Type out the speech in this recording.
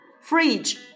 Fridge